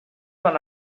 van